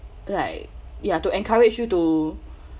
like ya to encourage you to